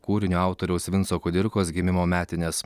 kūrinio autoriaus vinco kudirkos gimimo metines